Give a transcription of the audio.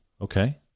okay